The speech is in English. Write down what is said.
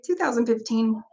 2015